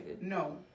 No